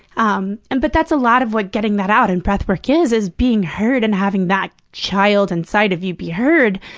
um and but that's a lot of what getting that out and breathwork is, is being heard and having that child inside of you be heard,